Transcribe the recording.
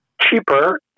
cheaper